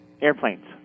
Airplanes